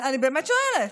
אני באמת שואלת.